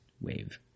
Wave